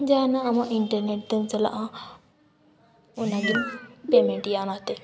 ᱡᱟᱦᱟᱱᱟᱜ ᱟᱢᱟᱜ ᱤᱱᱴᱟᱨᱱᱮᱴ ᱛᱮᱢ ᱪᱟᱞᱟᱜᱼᱟ ᱚᱱᱟ ᱜᱮ ᱯᱮᱢᱮᱱᱴᱮᱜᱼᱟ ᱚᱱᱟᱛᱮ